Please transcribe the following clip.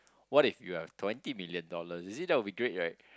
what if you have twenty million dollars you see that would be great right